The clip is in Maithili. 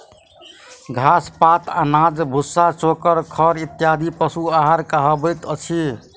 घास, पात, अनाज, भुस्सा, चोकर, खड़ इत्यादि पशु आहार कहबैत अछि